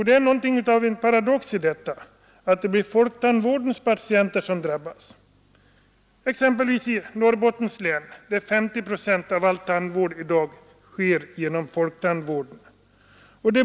Det är något av en paradox att det blir folktandvårdens patienter som drabbas, exempelvis i Norrbottens län där 50 procent av all tandvård sker genom folktandvården.